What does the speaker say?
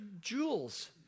jewels